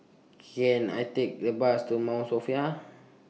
Can I Take A Bus to Mount Sophia